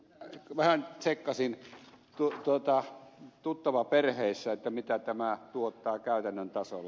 minä vähän tsekkasin tuttavaperheissä mitä tämä tuottaa käytännön tasolla